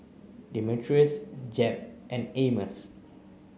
Demetrius Jep and Amos